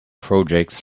projects